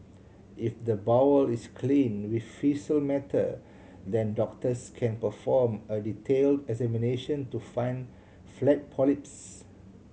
if the bowel is clean faecal matter then doctors can perform a detail examination to find flat polyps